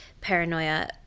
paranoia